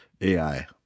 AI